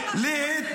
זוהי